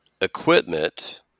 equipment